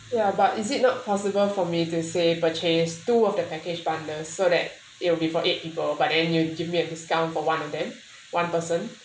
ya but is it not possible for me to say purchase two of the package bundles so that it'll be for eight people but then you'll give me discount for one of them one person